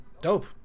Dope